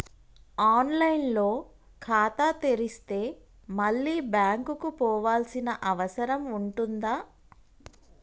On line లో ఖాతా తెరిస్తే మళ్ళీ బ్యాంకుకు పోవాల్సిన అవసరం ఉంటుందా?